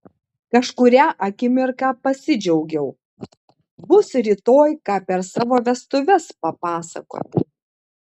kažkurią akimirką pasidžiaugiau bus rytoj ką per savo vestuves papasakoti